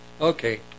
Okay